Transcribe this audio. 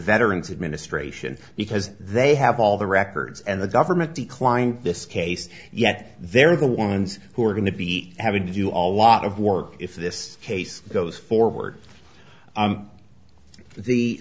veterans administration because they have all the records and the government declined this case yet they're the ones who are going to be having to do all lot of work if this case goes forward